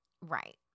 right